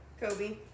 kobe